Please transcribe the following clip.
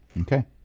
Okay